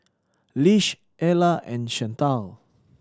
Lish Ella and Chantal